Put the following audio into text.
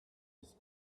his